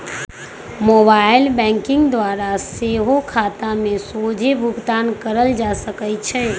mobile banking द्वारा सेहो खता में सोझे भुगतान कयल जा सकइ छै